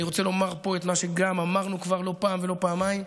אני רוצה לומר פה גם את מה שכבר אמרנו לא פעם ולא פעמיים.